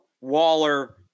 Waller